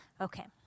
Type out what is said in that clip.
Okay